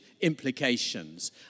implications